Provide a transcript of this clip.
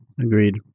Agreed